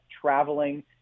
traveling